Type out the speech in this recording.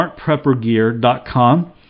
smartpreppergear.com